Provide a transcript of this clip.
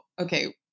okay